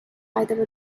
either